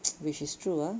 which is true ah